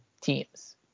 teams